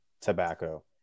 tobacco